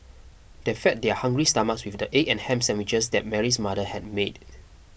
they fed their hungry stomachs with the egg and ham sandwiches that Mary's mother had made